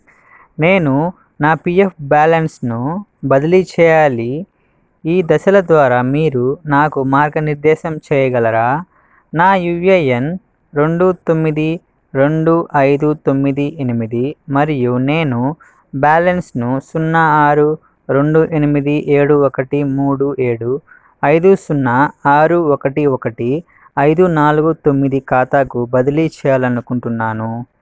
నేను నా పీఎఫ్ బ్యాలెన్స్ను బదిలీ చేయాలి ఈ దశల ద్వారా మీరు నాకు మార్గనిర్దేశం చేయగలరా నా యువ్ఏఎన్ రెండు తొమ్మిది రెండు ఐదు తొమ్మిది ఎనిమిది మరియు నేను బ్యాలెన్స్ను సున్నా ఆరు రెండు ఎనిమిది ఏడు ఒకటి మూడు ఏడు ఐదు సున్నా ఆరు ఒకటి ఒకటి ఐదు నాలుగు తొమ్మిది ఖాతాకు బదిలీ చేయాలనుకుంటున్నాను